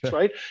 right